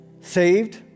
saved